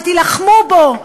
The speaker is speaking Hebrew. תלחמו בו,